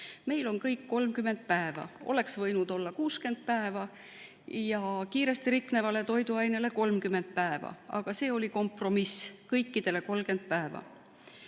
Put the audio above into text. Meil on kõigi puhul 30 päeva. Oleks võinud olla 60 päeva ja kiiresti rikneva toiduaine puhul 30 päeva, aga see oli kompromiss – kõikidele 30 päeva.